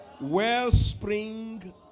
wellspring